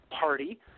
party